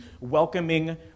welcoming